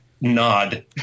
nod